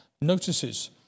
notices